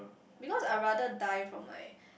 because I rather died from like